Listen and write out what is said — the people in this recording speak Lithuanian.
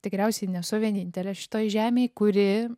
tikriausiai nesu vienintelė šitoj žemėj kuri